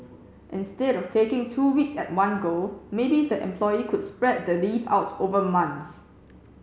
instead of taking two weeks at one go maybe the employee could spread the leave out over months